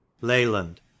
Leyland